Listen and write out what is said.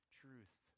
truth